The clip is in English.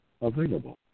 available